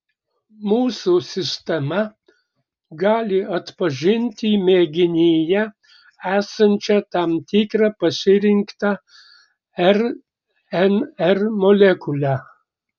mūsų sistema gali atpažinti mėginyje esančią tam tikrą pasirinktą rnr molekulę